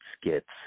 skits